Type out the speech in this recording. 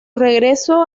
regreso